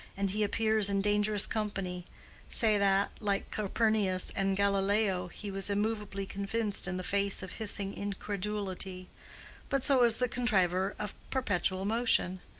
and he appears in dangerous company say that, like copernicus and galileo, he was immovably convinced in the face of hissing incredulity but so is the contriver of perpetual motion.